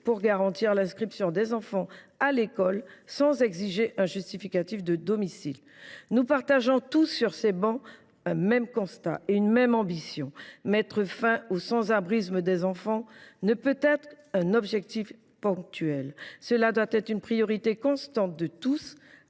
pour garantir l’inscription des enfants à l’école sans exiger un justificatif de domicile. Nous partageons tous sur ces travées un même constat et une même ambition : mettre fin au sans abrisme des enfants ne peut être un objectif ponctuel, cela doit être une priorité constante de tous,